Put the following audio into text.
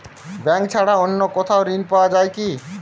Bank ছাড়া অন্য কোথাও ঋণ পাওয়া যায় কি?